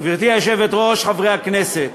גברתי היושבת-ראש, חברי הכנסת,